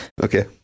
Okay